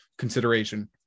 consideration